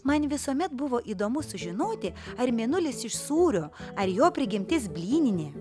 man visuomet buvo įdomu sužinoti ar mėnulis iš sūrio ar jo prigimtis blyninė